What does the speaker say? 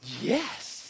yes